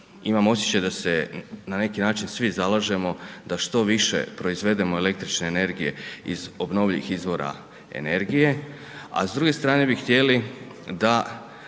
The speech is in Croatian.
imam osjećaj da se na neki način svi zalažemo da što više proizvedemo električne energije iz obnovljivih izvora energije a s druge strane bi htjeli da